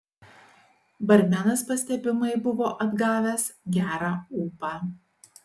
barmenas pastebimai buvo atgavęs gerą ūpą